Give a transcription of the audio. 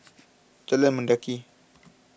Jalan Mendaki